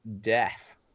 death